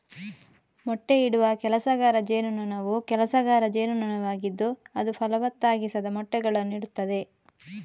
ಮೊಟ್ಟೆಯಿಡುವ ಕೆಲಸಗಾರ ಜೇನುನೊಣವು ಕೆಲಸಗಾರ ಜೇನುನೊಣವಾಗಿದ್ದು ಅದು ಫಲವತ್ತಾಗಿಸದ ಮೊಟ್ಟೆಗಳನ್ನು ಇಡುತ್ತದೆ